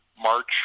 March